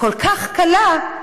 כל כך קלה,